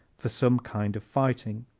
for some kind of fighting.